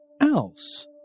else